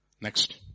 Next